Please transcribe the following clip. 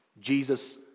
Jesus